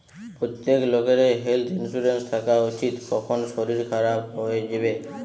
প্রত্যেক লোকেরই health insurance থাকা উচিত, কখন শরীর খারাপ হই যিবে